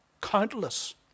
Countless